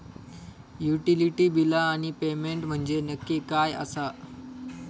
Utility बिला आणि payment म्हंजे नक्की काय आसा?